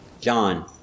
John